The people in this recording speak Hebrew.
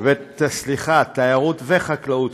התיירות והחקלאות,